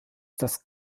das